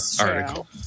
article